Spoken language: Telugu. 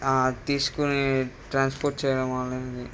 తీసుకుని ట్రాన్స్పోర్ట్ చెయ్యడం ఆన్లైన్వి